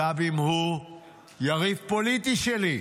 גם אם הוא יריב פוליטי שלי.